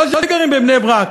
לא שגרים בבני-ברק,